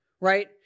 right